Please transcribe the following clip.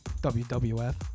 WWF